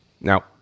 Now